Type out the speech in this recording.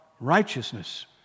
righteousness